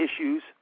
issues